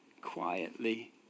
quietly